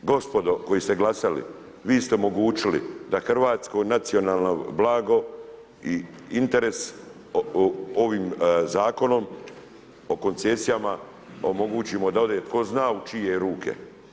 Gospodo koji ste glasali, vi ste omogućili da hrvatsko nacionalno blago i interes ovim Zakonom o koncesija omogućimo da ode u tko zna čije ruke.